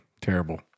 Terrible